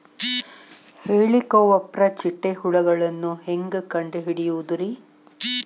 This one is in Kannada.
ಹೇಳಿಕೋವಪ್ರ ಚಿಟ್ಟೆ ಹುಳುಗಳನ್ನು ಹೆಂಗ್ ಕಂಡು ಹಿಡಿಯುದುರಿ?